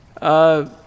Uh